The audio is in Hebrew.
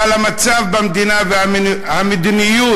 אבל המצב במדינה והמדיניות